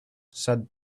said